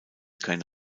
keine